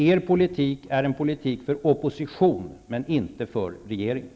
Er politik är en politik för opposition, men inte för regeringen.